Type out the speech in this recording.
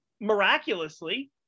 miraculously